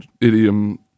idiom